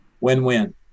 win-win